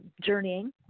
journeying